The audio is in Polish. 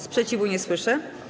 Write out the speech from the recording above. Sprzeciwu nie słyszę.